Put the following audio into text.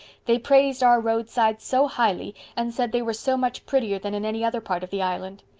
they praised our roadsides so highly and said they were so much prettier than in any other part of the island.